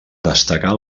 destacar